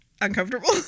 uncomfortable